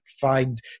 find